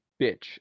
bitch